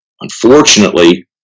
unfortunately